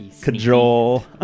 cajole